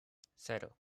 cero